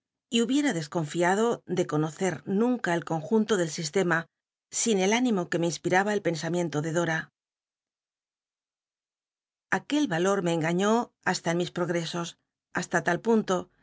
y hubicta dc confiado de conocer nunca el conjunto del sistema sin el nimo que me inspiraba el pensamien to de dora ac uel valor me engaiíó hasta en mi ptogtesos hasla tal punto